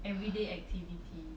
everyday activity